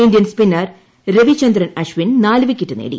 Indian spinner Ravichandran Ashwin നാല് wicket നേടി